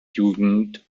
jugend